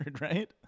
right